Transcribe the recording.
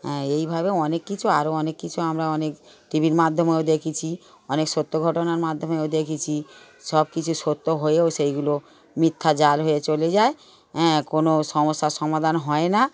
হ্যাঁ এইভাবে অনেক কিছু আরও অনেক কিছু আমরা অনেক টি ভির মাধ্যমেও দেখেছি অনেক সত্য ঘটনার মাধ্যমেও দেখেছি সব কিছু সত্য হয়েও সেগুলো মিথ্যা জাল হয়ে চলে যায় হ্যাঁ কোনো সমস্যার সমাধান হয় না